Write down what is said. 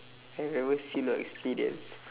I have ever seen or experience